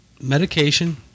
medication